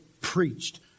preached